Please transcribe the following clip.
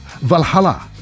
Valhalla